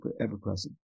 ever-present